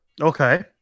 Okay